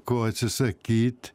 ko atsisakyt